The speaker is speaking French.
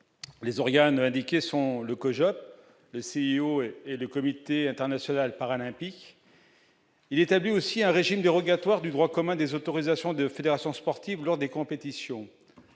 les organes, a indiqué son le COJO, le CIO et le comité international paralympique il établit aussi un régime dérogatoire du droit commun des autorisations de fédérations sportives lors des compétitions